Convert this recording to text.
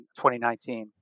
2019